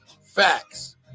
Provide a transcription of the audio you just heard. facts